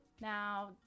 Now